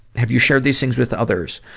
have you shared these things with others?